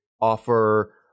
offer